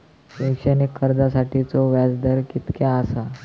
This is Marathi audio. शैक्षणिक कर्जासाठीचो व्याज दर कितक्या आसा?